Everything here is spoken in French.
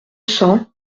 cent